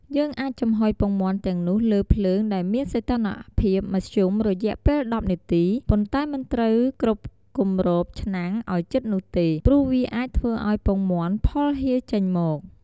យើងអាចចំហុយពងមាន់ទាំងនោះលើភ្លើងដែលមានសីតុណ្ហភាពមធ្យមរយៈពេល១០នាទី ប៉ុន្តែមិនត្រូវគ្របគម្របឆ្នាំងឲ្យជិតនោះទេ ព្រោះវាអាចធ្វើឲ្យពងមាន់ផុលហៀរចេញមក។